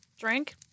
drink